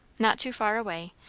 not too far away,